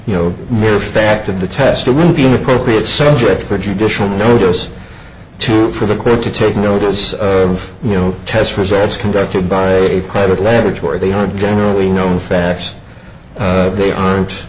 you know mere fact of the test will be appropriate centric for judicial notice too for the court to take notice of you know test results conducted by a private laboratory they aren't generally known facts they aren't